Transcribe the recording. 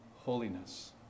holiness